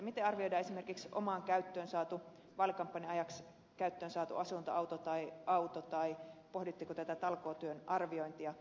miten arvioidaan esimerkiksi vaalikampanjan ajaksi omaan käyttöön saatu asuntoauto tai auto tai pohditteko tätä talkootyön arviointia